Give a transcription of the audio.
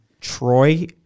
Troy